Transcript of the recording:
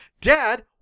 Dad